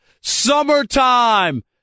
Summertime